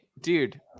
dude